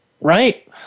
Right